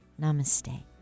Namaste